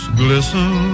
glisten